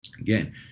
Again